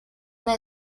una